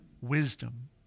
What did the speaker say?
wisdom